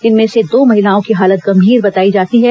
इनमें से दो महिलाओं की हालत गंभीर बताई जाती है